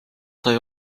sai